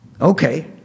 Okay